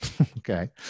Okay